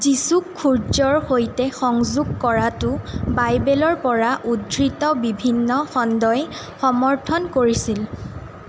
যীচুক সূৰ্য্যৰ সৈতে সংযোগ কৰাটো বাইবেলৰ পৰা উদ্ধৃত বিভিন্ন খণ্ডই সমৰ্থন কৰিছিল